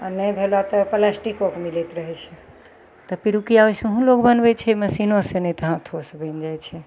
आओर नहि भेल तऽ प्लास्टिकोके मिलैत रहय छै तऽ पिड़ुकिया ओइसहों लोग बनबय छै मशीनोसँ नहि तऽ हाथोसँ बनि जाइ छै